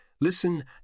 listen